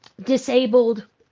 disabled